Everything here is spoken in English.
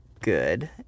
good